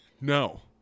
No